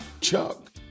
Chuck